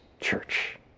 church